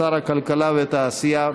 שר הכלכלה והתעשייה.